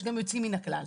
יש גם יוצאים מן הכלל.